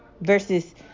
versus